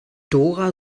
dora